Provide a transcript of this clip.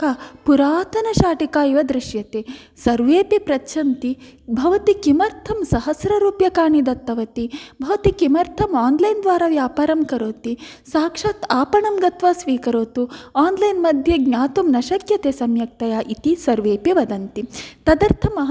पुरातनशाटिका इव दृश्यते सर्वेपि पृच्छन्ति भवती किमर्थं सहस्ररूप्यकाणि दत्तवती भवती किमर्थं आन्लैन् द्वारा व्यापारं करोति साक्षात् आपणं गत्वा स्वीकरोतु आन्लैन् मध्ये ज्ञातुं न शक्यते सम्यकतया इति सर्वेपि वदन्ति तदर्थम् अहं